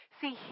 See